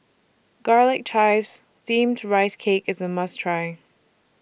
Garlic Chives Steamed Rice Cake IS A must Try